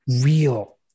real